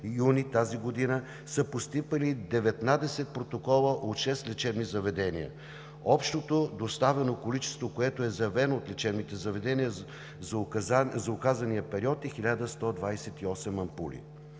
тази година са постъпили 19 протокола от шест лечебни заведения. Общото доставено количество, което е заявено от лечебните заведения за оказания период, е 1128 ампули.